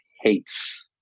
hates